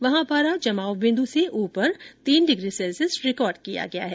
वहां पारा जमाव बिन्दु से उपर तीन डिग्री सैल्सियस रिकॉर्ड किया गया है